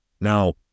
now